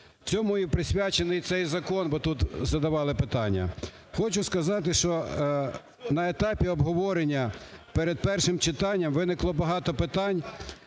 Цьому і присвячений цей закон, бо тут задавали питання. Хочу сказати, що на етапі обговорення перед першим читанням, виникло багато питань,